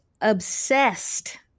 obsessed